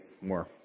more